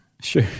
Sure